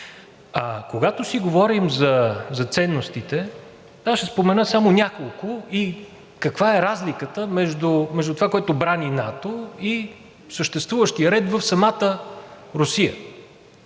Когато си говорим за ценностите, аз ще спомена само няколко и каква е разликата между това, което брани НАТО, и съществуващия ред в самата Русия.